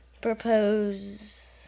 propose